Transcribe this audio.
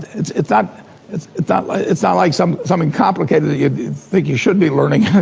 it's it's not it's it's, not like it's not like some something complicated that you think you should be learning